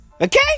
okay